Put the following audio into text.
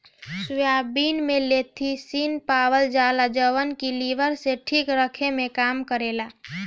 soybean में lecithin पावल जाला जवन की लीवर के ठीक रखे में काम करेला